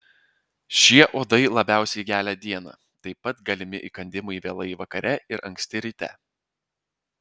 šie uodai labiausiai gelia dieną taip pat galimi įkandimai vėlai vakare ir anksti ryte